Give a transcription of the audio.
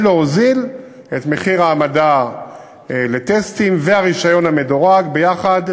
ולהוזיל את מחיר ההעמדה לטסטים והרישיון המדורג ביחד.